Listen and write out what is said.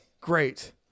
great